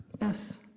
Yes